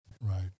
Right